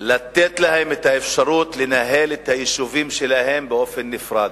לתת להם את האפשרות לנהל את היישובים שלהם בנפרד.